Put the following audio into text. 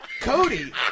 Cody